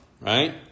right